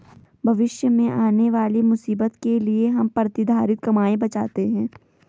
भविष्य में आने वाली मुसीबत के लिए हम प्रतिधरित कमाई बचाते हैं